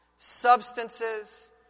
...substances